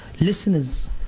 listeners